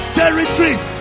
territories